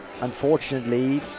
unfortunately